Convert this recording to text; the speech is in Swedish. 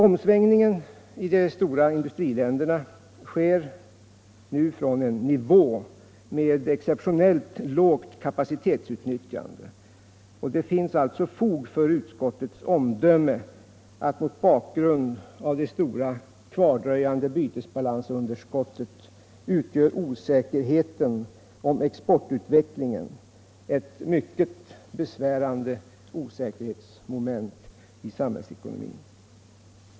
Omsvängningen i de stora industriländerna sker nu från en nivå med exceptionellt lågt kapacitetsutnyttjande, och det finns alltså fog för utskottets omdöme att mot bakgrund av det stora kvardröjande bytesbalansunderskottet utgör osäkerheten om exportutvecklingen ett mycket besvärande osäkerhetselement i samhällsekonomin.